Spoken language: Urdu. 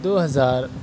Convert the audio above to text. دو ہزار